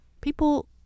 People